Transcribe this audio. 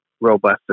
robust